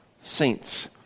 saints